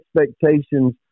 expectations